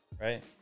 right